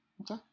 Okay